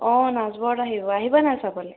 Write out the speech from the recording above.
অ' নাচবৰত আহিব আহিবা নাই চাবলৈ